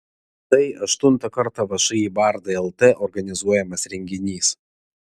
tai aštuntą kartą všį bardai lt organizuojamas renginys